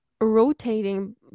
rotating